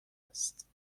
است